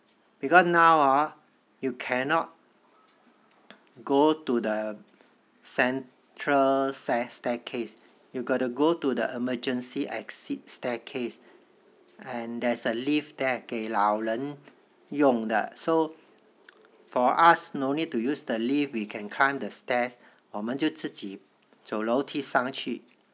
because now hor you cannot go to the central stair~ staircase you got to go to the emergency exit staircase and there's a lift there 给老人用的 so for us no need to use the leave we can climb the stairs 我们就自己走楼梯上去